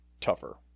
tougher